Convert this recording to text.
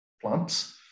plants